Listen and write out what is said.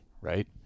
right